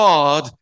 God